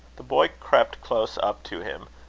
the boy crept close up to him,